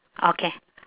okay